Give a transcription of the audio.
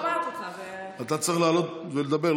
אני לא שומעת, אתה צריך לעלות ולדבר.